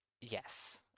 yes